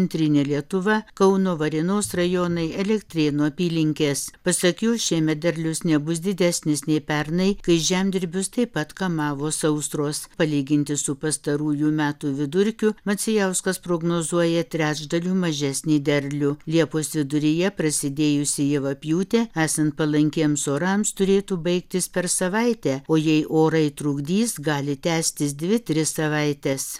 centrinė lietuva kauno varėnos rajonai elektrėnų apylinkes pasak jo šiemet derlius nebus didesnis nei pernai kai žemdirbius taip pat kamavo sausros palyginti su pastarųjų metų vidurkiu macijauskas prognozuoja trečdaliu mažesnį derlių liepos viduryje prasidėjusi javapjūtė esant palankiems orams turėtų baigtis per savaitę o jei orai trukdys gali tęstis dvi tris savaites